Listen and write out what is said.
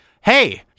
hey